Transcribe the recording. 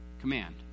Command